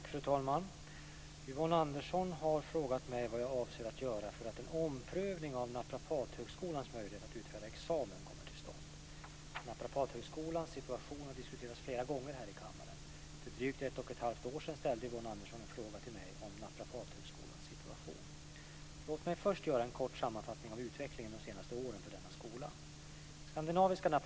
Fru talman! Yvonne Andersson har frågat mig vad jag avser att göra för att en omprövning av Naprapathögskolans möjlighet att utfärda examen kommer till stånd. Naprapathögskolans situation har diskuterats flera gånger här i kammaren. För drygt ett och ett halvt år sedan ställde Yvonne Andersson en fråga till mig om Låt mig först göra en kort sammanfattning av utvecklingen de senaste åren för denna skola.